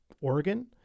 Oregon